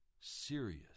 serious